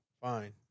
Fine